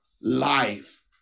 life